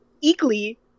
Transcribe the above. equally